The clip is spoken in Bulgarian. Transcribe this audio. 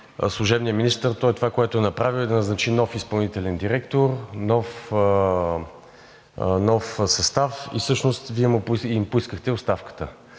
служебният министър това, което е направил, е да назначи нов изпълнителен директор, нов състав, а всъщност Вие му поискахте оставката.